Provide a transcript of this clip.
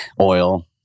oil